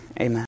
amen